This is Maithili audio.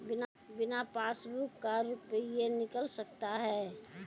बिना पासबुक का रुपये निकल सकता हैं?